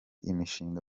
imishinga